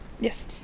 yes